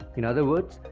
in other words,